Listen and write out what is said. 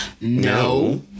No